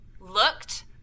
looked